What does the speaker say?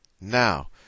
Now